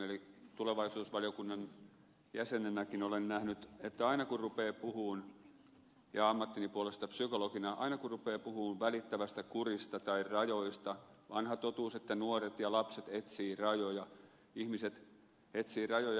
eli tulevaisuusvaliokunnan jäsenenä ja ammattini puolesta psykologina olen nähnyt että aina kun rupeaa puhumaan välittävästä kurista tai rajoista pätee vanha totuus että nuoret ja lapset etsivät rajoja ihmiset etsivät rajoja